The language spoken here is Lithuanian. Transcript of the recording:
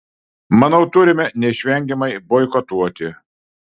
manau turime neišvengiamai boikotuoti